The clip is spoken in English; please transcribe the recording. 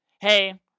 hey